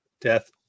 Death